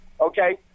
okay